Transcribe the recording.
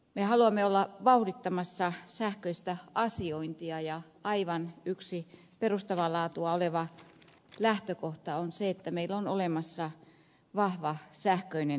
me haluamme olla vauhdittamassa sähköistä asiointia ja aivan yksi perustavaa laatua oleva lähtökohta on se että meillä on olemassa vahva sähköinen tunnistaminen